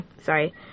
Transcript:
sorry